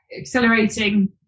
accelerating